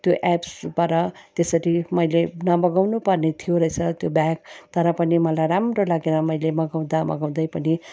त्यो एप्सबाट त्यसरी मैले नमगाउनु पर्ने थियो रहेछ त्यो ब्याग तर पनि मलाई राम्रो लागेर मैले मगाउँदा मगाउँदै पनि